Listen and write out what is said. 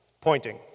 pointing